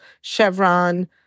Chevron